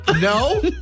No